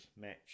match